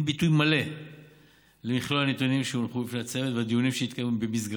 ביטוי מלא למכלול הנתונים שהונחו בפני הצוות והדיונים שהתקיימו במסגרתו.